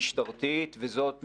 צוהריים טובים.